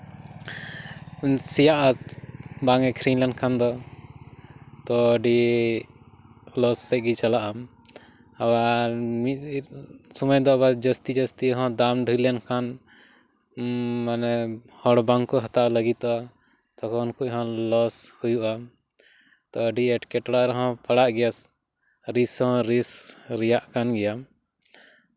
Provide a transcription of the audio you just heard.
ᱥᱮᱭᱟᱜᱼᱟ ᱵᱟᱝ ᱟᱹᱠᱷᱨᱤᱧ ᱞᱮᱱᱠᱷᱟᱱ ᱫᱚ ᱛᱚ ᱟᱹᱰᱤ ᱞᱚᱥ ᱥᱮᱫ ᱜᱮ ᱪᱟᱞᱟᱜᱼᱟ ᱟᱵᱟᱨ ᱢᱤᱫ ᱥᱚᱢᱚᱭ ᱫᱚ ᱟᱵᱟᱨ ᱡᱟᱹᱥᱛᱤᱼᱡᱟᱹᱥᱛᱤ ᱦᱚᱸ ᱫᱟᱢ ᱰᱷᱮ ᱨ ᱞᱮᱱᱠᱷᱟᱱ ᱩᱸ ᱢᱟᱱᱮ ᱦᱚᱲ ᱵᱟᱝᱠᱚ ᱦᱟᱛᱟᱣ ᱞᱟᱹᱜᱤᱛᱚᱜᱼᱟ ᱛᱚᱠᱷᱚᱱ ᱠᱚ ᱦᱚᱸ ᱞᱚᱥ ᱦᱩᱭᱩᱜᱼᱟ ᱛᱚ ᱟᱹᱰᱤ ᱮᱴᱠᱮᱴᱚᱬᱮ ᱨᱮᱦᱚᱸ ᱯᱟᱲᱟᱜ ᱜᱮᱭᱟ ᱨᱤᱠᱥ ᱦᱚᱸ ᱨᱤᱠᱥ ᱨᱮᱭᱟᱜ ᱠᱟᱱ ᱜᱮᱭᱟ